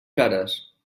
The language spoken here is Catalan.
cares